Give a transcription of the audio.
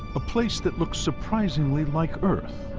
a place that looks surprisingly like earth.